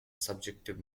subjective